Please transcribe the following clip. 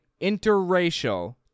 interracial